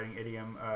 idiom